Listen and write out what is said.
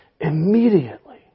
immediately